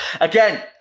Again